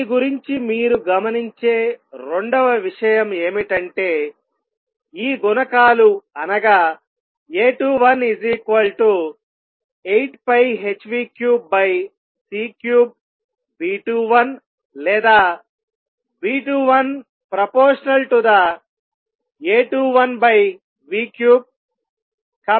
దీని గురించి మీరు గమనించే రెండవ విషయం ఏమిటంటేఈ గుణకాలు అనగా A21 8πh3c3B21 లేదా B21 A213